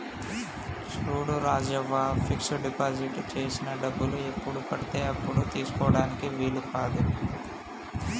చూడు Rajavva fix deposit చేసిన డబ్బులు ఎప్పుడు పడితే అప్పుడు తీసుకుటానికి వీలు కాదు